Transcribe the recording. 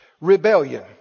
rebellion